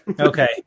okay